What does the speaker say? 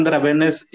awareness